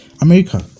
America